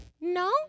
No